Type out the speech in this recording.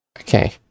Okay